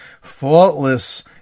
faultless